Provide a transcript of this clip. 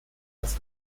das